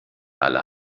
aller